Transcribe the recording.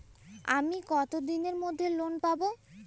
আমি কতদিনের মধ্যে লোন পাব?